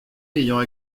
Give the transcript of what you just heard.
ayant